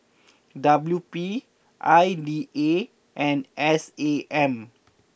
W P I D A and S A M